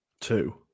Two